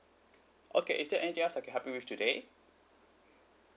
okay is there anything else I can help you with today